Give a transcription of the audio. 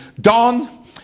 Don